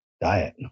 diet